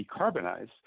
decarbonize